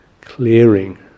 clearing